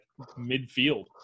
midfield